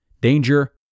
danger